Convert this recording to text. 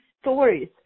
stories